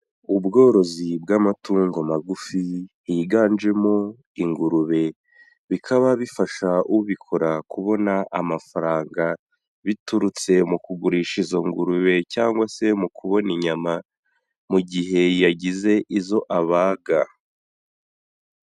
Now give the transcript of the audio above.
Ubworozi bw'amatungo magufi, higanjemo ingurube, bikaba bifasha ubikora kubona amafaranga, biturutse mu kugurisha izo ngurube cyangwa se mu kubona inyama, mu gihe yagize izo abaga.